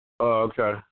Okay